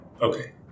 Okay